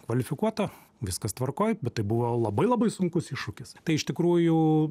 kvalifikuoto viskas tvarkoj bet tai buvo labai labai sunkus iššūkis tai iš tikrųjų